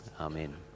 Amen